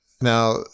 Now